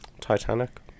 Titanic